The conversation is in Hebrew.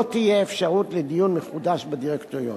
לא תהיה אפשרות לדיון מחודש בדירקטוריון.